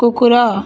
କୁକୁର